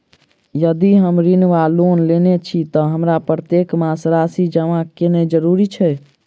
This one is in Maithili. यदि हम ऋण वा लोन लेने छी तऽ हमरा प्रत्येक मास राशि जमा केनैय जरूरी छै?